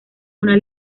una